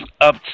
up